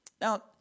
Now